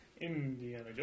Indiana